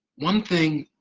one thing,